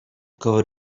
covered